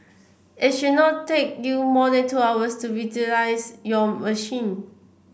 it should not take you more than two hours to revitalise your machine